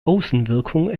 außenwirkung